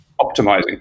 Optimizing